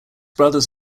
brothers